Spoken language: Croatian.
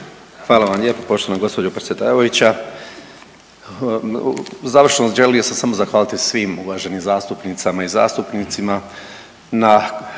Hvala vam lijepo poštovana gospođo predsjedavajuća. Završno želio bih se samo zahvaliti svim uvaženim zastupnicama i zastupnicima